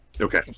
Okay